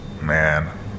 man